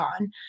on